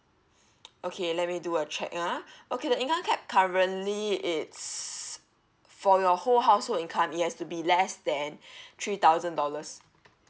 okay let me do a check ah okay the income cap currently it's for your whole household income it has to be less than three thousand dollars